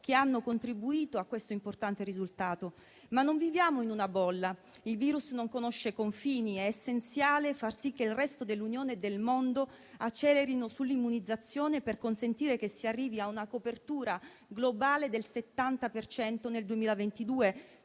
che hanno contribuito a questo importante risultato; ma non viviamo in una bolla. Il virus non conosce confini, è essenziale far sì che il resto dell'Unione e del mondo accelerino sull'immunizzazione per consentire che si arrivi a una copertura globale del 70 per cento